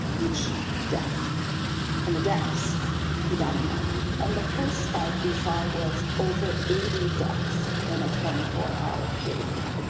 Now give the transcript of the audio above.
each death and the deaths keep adding up and the first spike we saw was over eighty deaths in a twenty four hour period.